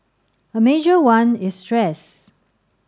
a major one is stress